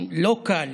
לא קל